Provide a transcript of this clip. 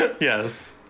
Yes